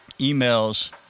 emails